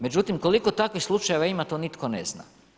Međutim, koliko takvih slučajeva ima, to nitko ne zna.